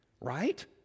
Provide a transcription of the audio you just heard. right